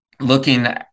looking